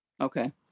Okay